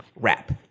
wrap